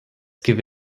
give